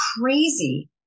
crazy